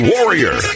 Warrior